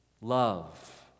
love